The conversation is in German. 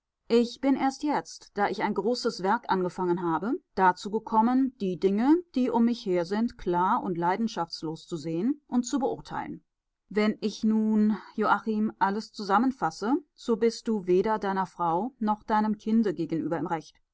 ich bin erst jetzt da ich ein großes werk angefangen habe dazu gekommen die dinge die um mich her sind klar und leidenschaftslos zu sehen und zu beurteilen wenn ich nun joachim alles zusammenfasse so bist du weder deiner frau noch deinem kinde gegenüber im recht